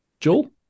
Joel